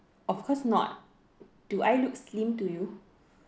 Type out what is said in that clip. of course not do I look slim to you